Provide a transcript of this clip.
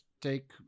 take